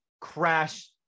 crash